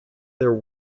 their